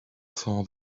saw